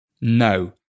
no